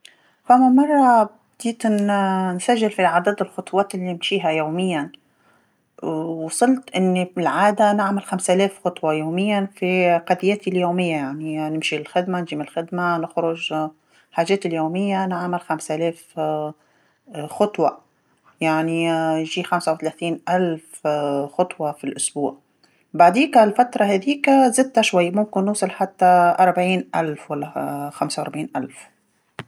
انا مره بديت ن- نسجل في عدد الخطوات اللي نمشيها يوميا وصلت أني بالعاده نعمل خمسالاف خطوه يوميا في قاضياتي اليوميه يعني نمشي للخدمه نجي من الخدمه نخرج الحاجات اليوميه نعمل خمسالاف خطوه، يعني شي خمسه وتلاثين ألف خطوه في الأسبوع، بعديكا الفتره هاذيكا زدت شوي، ممكن نوصل حتى أربعين ألف ولا خمسه وربعين ألف.